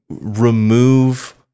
remove